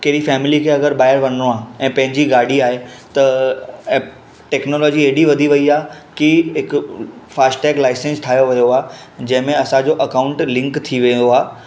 कहिड़ी फ़ैमिली खे अगरि ॿाहिरि वञिणो आहे ऐं पंहिंजी गाॾी आहे त ए टेक्नोलॉजी हेॾी वधी वेई आहे की हिक फ़ास्ट टेक लाइसेंस ठाहियो वियो आहे जंहिं में असांजो अकाउंट लिंक थी वियो आहे